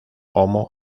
homo